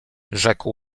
rzekł